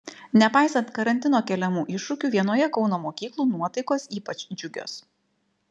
nepaisant karantino keliamų iššūkių vienoje kauno mokyklų nuotaikos ypač džiugios